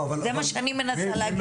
זה מה שאני מנסה להגיד.